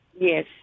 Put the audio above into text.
yes